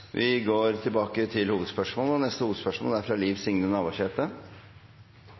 Vi går videre til neste hovedspørsmål. Vi i SV er